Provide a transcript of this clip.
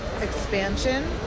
expansion